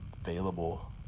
available